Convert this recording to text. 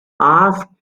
asked